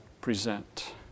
present